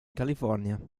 california